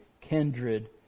kindred